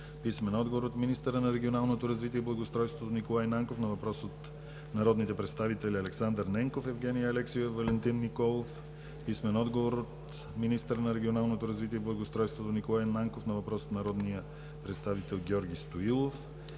Саватева; – от министъра на регионалното развитие и благоустройството Николай Нанков на въпрос от народните представители Александър Ненков, Евгения Алексиева и Валентин Николов; – от министъра на регионалното развитие и благоустройството Николай Нанков на въпрос от народния представител Георги Стоилов.